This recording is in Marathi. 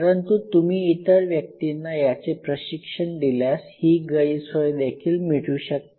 परंतु तुम्ही इतर व्यक्तींना याचे प्रशिक्षण दिल्यास ही गैरसोयदेखील मिटू शकते